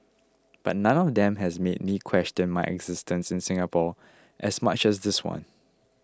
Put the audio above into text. but none of them has made me question my existence in Singapore as much this one